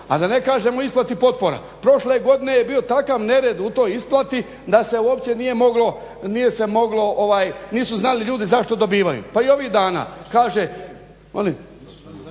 a da ne kažem o isplati potpora. Prošle godine je bio takav nered u toj isplati da se uopće nije moglo, nisu znali ljudi zašto dobivaju. Pa i ovih dana kaže,